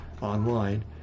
online